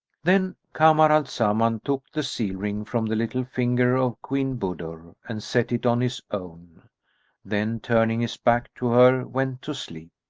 then kamar al-zaman took the seal-ring from the little finger of queen budur and set it on his own then, turning his back to her, went to sleep.